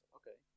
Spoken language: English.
okay